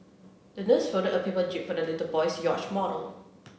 the nurse folded a paper jib for the little boy's yacht model